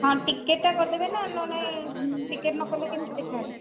ହଁ ଟିକେଟଟା କରିଦେବେନା ନ ହେଲେ ଟିକେଟ ନ କଲେ କେମିତି ଦେଖା ହେବ